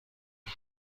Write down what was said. کنم